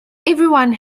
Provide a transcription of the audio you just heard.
everyone